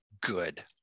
good